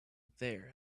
there